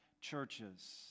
churches